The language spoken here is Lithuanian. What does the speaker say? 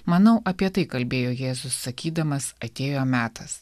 manau apie tai kalbėjo jėzus sakydamas atėjo metas